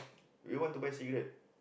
we want to buy cigarette